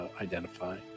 identify